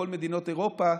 בכל מדינות אירופה,